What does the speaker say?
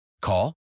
Call